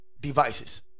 devices